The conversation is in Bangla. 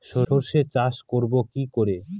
সর্ষে চাষ করব কি করে?